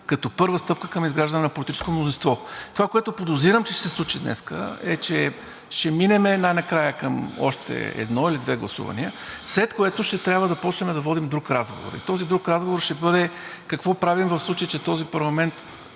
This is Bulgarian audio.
като първа стъпка към изграждане на политическо мнозинство. Това, което подозирам, че ще се случи днес, е, че ще минем най-накрая към още едно или две гласувания, след което ще трябва да започнем да водим друг разговор. И този друг разговор ще бъде какво правим, в случай че този парламент,